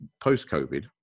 post-COVID